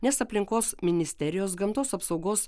nes aplinkos ministerijos gamtos apsaugos